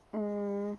mm